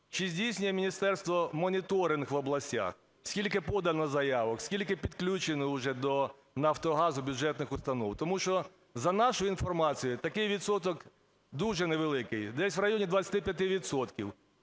Чи здійснює міністерство моніторинг в областях, скільки подано заявок, скільки підключено уже до Нафтогазу бюджетних установ? Тому що, за нашою інформацією, такий відсоток дуже невеликий, десь в районі 25